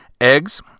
eggs